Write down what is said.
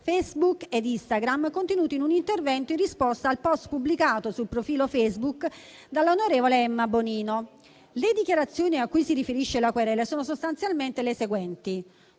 Facebook e Instagram, contenute in un intervento in risposta al *post* pubblicato sul profilo Facebook dall'onorevole Emma Bonino. Le dichiarazioni a cui si riferisce la querela sono sostanzialmente le seguenti: